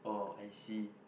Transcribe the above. uh I see